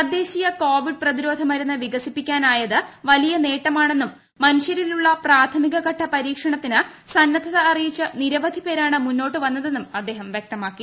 തദ്ദേശീയ കോവിഡ് പ്രതിരോധ മരുന്ന് വികസിപ്പിക്കാനായത് വലിയ നേട്ടമാണെന്നും മനുഷ്യരിലുള്ള പ്രാഥമിക ഘട്ട പരീക്ഷണത്തിന് സന്നദ്ധത അറിയിച്ച് നിരവധി പേരാണ് മുന്നോട്ട് വന്നതെന്നും അദ്ദേഹം വ്യക്തമാക്കി